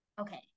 okay